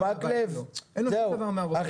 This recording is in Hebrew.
מהפריפריה?